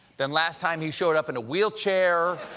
then last time he showed up in a wheelchair.